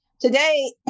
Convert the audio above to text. Today